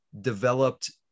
developed